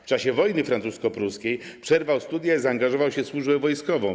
W czasie wojny francusko-pruskiej przerwał studia i zaangażował się w służbę wojskową.